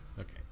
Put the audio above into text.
Okay